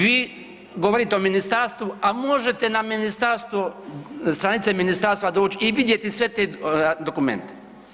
Vi govorite o ministarstvu, a možete na ministarstvo, stranice ministarstva doć i vidjeti sve te dokumente.